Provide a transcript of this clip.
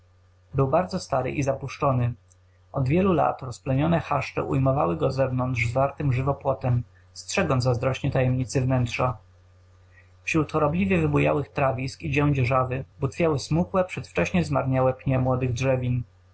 był bardzo stary i zapuszczony od lat wielu rozplenione chaszcze ujmowały go zewnątrz zwartym żywopłotem strzegąc zazdrośnie tajemnicy wnętrza wśród chorobliwie wybujałych trawisk i dziędzierżawy butwiały smukłe przedwcześnie zmarniałe pnie młodych drzewin